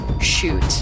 shoot